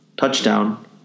Touchdown